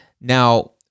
Now